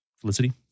Felicity